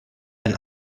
ein